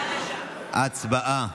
הצבעה.